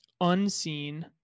unseen